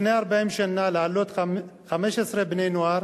לפני 40 שנה, להעלות 15 בני-נוער